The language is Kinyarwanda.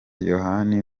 yohani